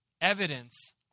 evidence